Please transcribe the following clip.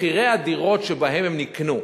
מחירי הדירות שבהם הן נקנו,